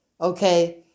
okay